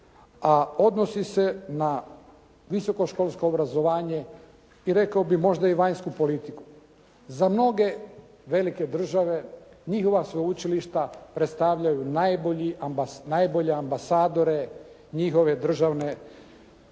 a odnosi se na visokoškolsko obrazovanje i rekao bih možda i vanjsku politiku, za mnoge velike države njihova sveučilišta predstavljaju najbolje ambasadore, njihove državne politike,